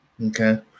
okay